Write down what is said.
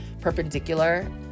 perpendicular